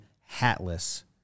hatless